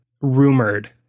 rumored